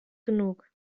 genug